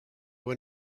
were